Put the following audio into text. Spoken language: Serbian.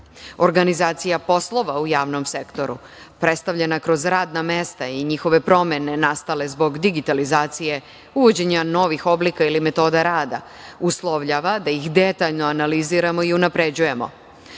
Organizacija poslova u javnom sektoru, predstavljena kroz radna mesta i njihove promene nastale zbog digitalizacije, uvođenja novih oblika ili metoda rada, uslovljava da ih detaljno analiziramo i unapređujemo.